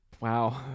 Wow